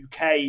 UK